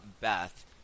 Beth